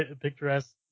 picturesque